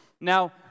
Now